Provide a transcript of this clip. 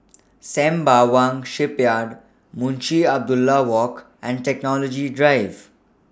Sembawang Shipyard Munshi Abdullah Walk and Technology Drive